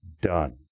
done